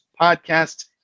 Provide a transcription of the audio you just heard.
podcasts